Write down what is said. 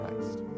Christ